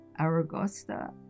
Aragosta